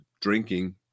drinking